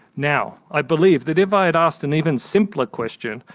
now i believe that if i had asked an even simpler question,